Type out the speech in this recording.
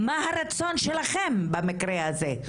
מה הרצון שלכם במקרה הזה?